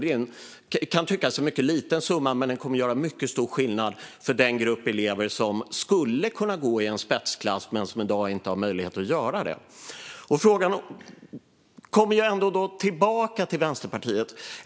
Det kan tyckas vara en mycket liten summa, men den kommer att göra mycket stor skillnad för den grupp elever som skulle kunna gå i en spetsklass men som i dag inte har möjlighet att göra det. Frågan kommer ändå tillbaka till Vänsterpartiet.